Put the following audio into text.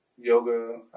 yoga